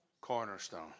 cornerstone